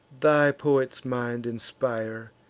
thy poet's mind inspire,